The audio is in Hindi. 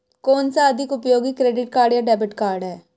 कौनसा अधिक उपयोगी क्रेडिट कार्ड या डेबिट कार्ड है?